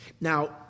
Now